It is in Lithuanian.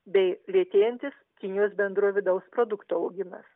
bei lėtėjantis kinijos bendro vidaus produkto augimas